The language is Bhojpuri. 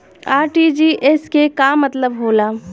आर.टी.जी.एस के का मतलब होला?